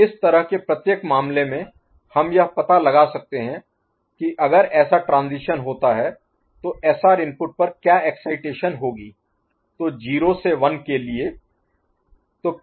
तो इस तरह के प्रत्येक मामले में हम यह पता लगा सकते हैं कि अगर ऐसा ट्रांजीशन होता है तो SR इनपुट पर क्या एक्साइटेशन होगी तो 0 से 1 के लिए